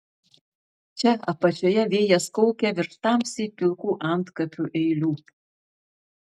čia apačioje vėjas kaukia virš tamsiai pilkų antkapių eilių